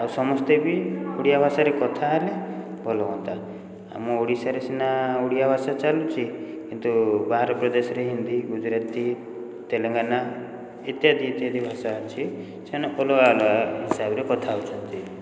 ଆଉ ସମସ୍ତେ ବି ଓଡ଼ିଆ ଭାଷାରେ କଥା ହେଲେ ଭଲ ହୁଅନ୍ତା ଆମ ଓଡ଼ିଶାରେ ସିନା ଓଡ଼ିଆ ଭାଷା ଚାଲୁଛି କିନ୍ତୁ ବାହାର ପ୍ରଦେଶରେ ହିନ୍ଦୀ ଗୁଜୁରାତି ତେଲେଙ୍ଗାନା ଇତ୍ୟାଦି ଇତ୍ୟାଦି ଭାଷା ଅଛି ସେମାନେ ଅଲଗା ଅଲଗା ହିସାବରେ କଥା ହେଉଛନ୍ତି